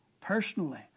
personally